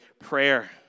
Prayer